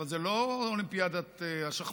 אבל זה לא אולימפיאדת השחמט,